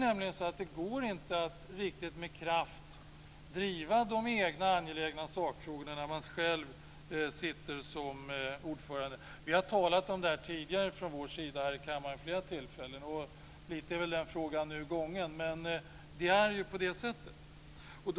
Det går inte att riktigt med kraft driva de egna angelägna sakfrågorna när man själv sitter som ordförande. Vi har talat om det tidigare från vår sida här i kammaren vid flera tillfällen. Den frågan är väl nu lite gången, men det är på det sättet.